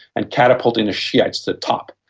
and catapulted shi'ites to the top.